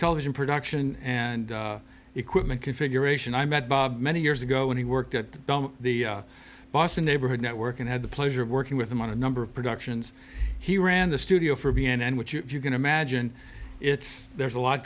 television production and equipment configuration i met bob many years ago when he worked at the boston neighborhood network and i had the pleasure of working with him on a number of productions he ran the studio for b n n which if you can imagine it's there's a lot